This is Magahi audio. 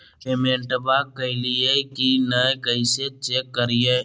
पेमेंटबा कलिए की नय, कैसे चेक करिए?